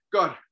God